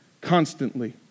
constantly